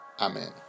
Amen